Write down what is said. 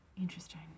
Interesting